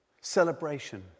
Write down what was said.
Celebration